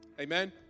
Amen